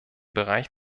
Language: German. bereich